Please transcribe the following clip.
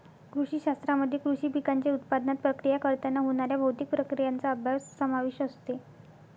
कृषी शास्त्रामध्ये कृषी पिकांच्या उत्पादनात, प्रक्रिया करताना होणाऱ्या भौतिक प्रक्रियांचा अभ्यास समावेश असते